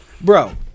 Bro